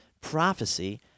prophecy